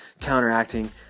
counteracting